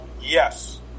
Yes